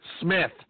Smith